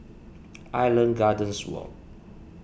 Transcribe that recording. Island Gardens Walk